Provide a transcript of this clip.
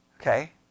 okay